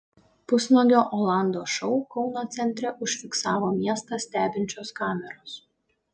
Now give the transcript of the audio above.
pusnuogio olando šou kauno centre užfiksavo miestą stebinčios kameros